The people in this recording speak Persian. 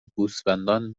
گوسفندان